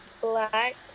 black